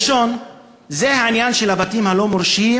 הראשון זה העניין של הבתים הלא-מורשים,